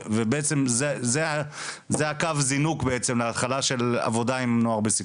ובעצם זה הקו זינוק להתחלה של עבודה עם נוער בסיכון.